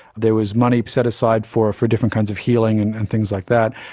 there was money set aside for for different kinds of healing and and things like that.